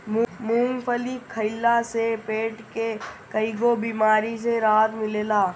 मूंगफली खइला से पेट के कईगो बेमारी से राहत मिलेला